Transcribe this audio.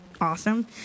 awesome